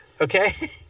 Okay